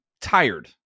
tired